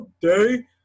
day